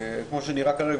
כפי שנראה כרגע,